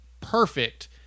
perfect